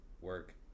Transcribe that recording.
work